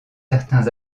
certains